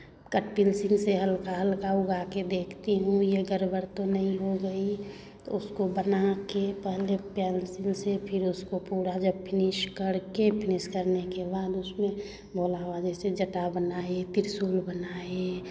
cut pencil से हल्का हल्का उगाके देखती हूँ ये गड़बड़ तो नहीं हो गई तो उसको बनाके पहले पेंसिल से फिर उसको जब पूरा फिनिश करके फिनिश करने के बाद उसमें भोला बाबा जैसे जटा बनाई त्रिशूल बनाई